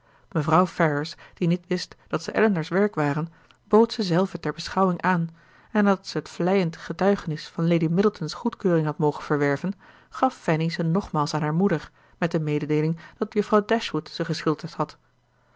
mevrouw ferrars die niet wist dat ze elinor's werk waren bood ze zelve ter beschouwing aan en nadat ze het vleiend getuigenis van lady middleton's goedkeuring hadden mogen verwerven gaf fanny ze nogmaals aan haar moeder met de mededeeling dat juffrouw dashwood ze geschilderd had